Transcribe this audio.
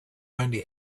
could